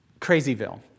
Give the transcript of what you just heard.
crazyville